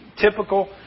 typical